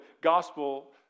gospel